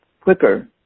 quicker